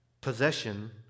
Possession